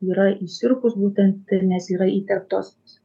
yra į sirupus būtent ir nes yra įterptos